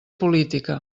política